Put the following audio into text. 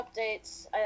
updates